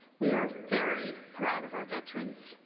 we are very proud of our veterans.